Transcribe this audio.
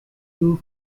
crew